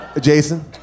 Jason